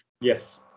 yes